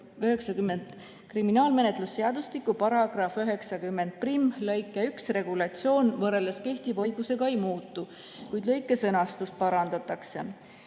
Kriminaalmenetluse seadustiku § 901lõike 1 regulatsioon võrreldes kehtiva õigusega ei muutu, kuid lõike sõnastust parandatakse.